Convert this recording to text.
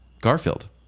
Garfield